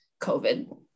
COVID